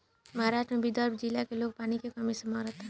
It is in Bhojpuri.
महाराष्ट्र के विदर्भ जिला में लोग पानी के कमी से मरता